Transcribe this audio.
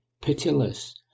pitiless